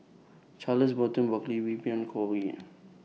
Charles Burton Buckley Wee Beng Chong Ean